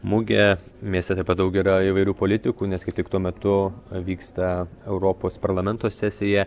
mugę mieste taip pat daug yra įvairių politikų nes kaip tik tuo metu vyksta europos parlamento sesija